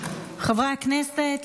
חברי הכנסת,